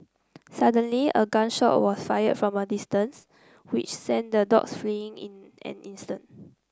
suddenly a gun shot was fired from a distance which sent the dogs fleeing in an instant